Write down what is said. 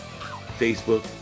Facebook